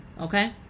Okay